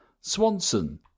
Swanson